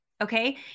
Okay